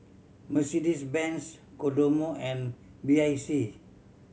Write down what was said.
Mercedes Benz Kodomo and B I C